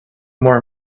more